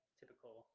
typical